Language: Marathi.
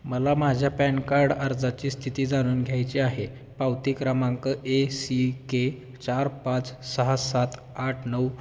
मला माझ्या पॅन कार्ड अर्जाची स्थिती जाणून घ्यायची आहे पावती क्रमांक ए सी के चार पाच सहा सात आठ नऊ